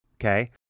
Okay